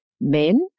men